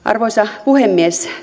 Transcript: arvoisa puhemies